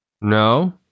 no